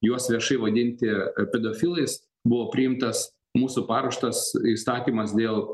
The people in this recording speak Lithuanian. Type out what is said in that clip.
juos viešai vadinti pedofilais buvo priimtas mūsų paruoštas įstatymas dėl